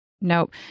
Nope